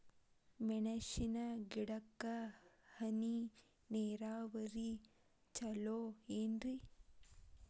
ಮೆಣಸಿನ ಗಿಡಕ್ಕ ಹನಿ ನೇರಾವರಿ ಛಲೋ ಏನ್ರಿ?